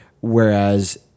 Whereas